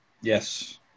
Yes